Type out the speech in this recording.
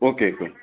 okay sir